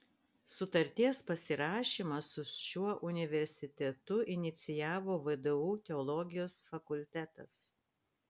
sutarties pasirašymą su šiuo universitetu inicijavo vdu teologijos fakultetas